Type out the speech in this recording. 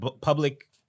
public